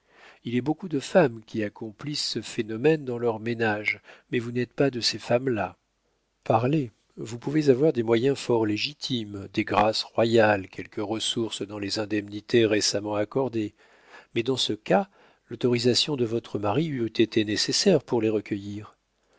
il est beaucoup de femmes qui accomplissent ce phénomène dans leur ménage mais vous n'êtes pas de ces femmes-là parlez vous pouvez avoir des moyens fort légitimes des grâces royales quelques ressources dans les indemnités récemment accordées mais dans ce cas l'autorisation de votre mari eût été nécessaire pour les recueillir